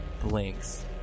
blinks